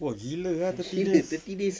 !wah! gila eh thirty days